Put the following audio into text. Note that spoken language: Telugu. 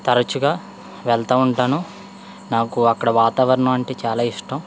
తరుచుగా వెళ్తూ ఉంటాను నాకు అక్కడ వాతావరణం అంటే చాలా ఇష్టం